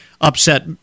upset